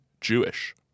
Jewish